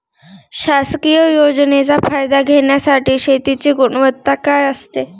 शासकीय योजनेचा फायदा घेण्यासाठी शेतीची गुणवत्ता काय असते?